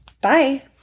bye